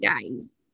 days